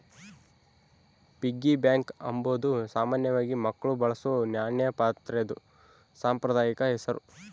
piggy bank ಅಂಬಾದು ಸಾಮಾನ್ಯವಾಗಿ ಮಕ್ಳು ಬಳಸೋ ನಾಣ್ಯ ಪಾತ್ರೆದು ಸಾಂಪ್ರದಾಯಿಕ ಹೆಸುರು